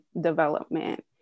development